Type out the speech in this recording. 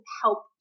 help